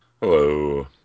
Hello